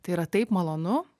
tai yra taip malonu